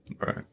Right